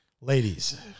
Ladies